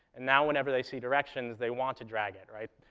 and now whenever they see directions, they want to drag it, right?